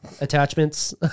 attachments